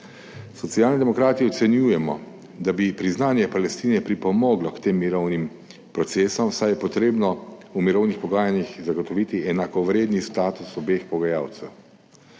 Socialni demokrati ocenjujemo, da bi priznanje Palestine pripomoglo k tem mirovnim procesom, saj je potrebno v mirovnih pogajanjih zagotoviti enakovredni status obeh pogajalcev.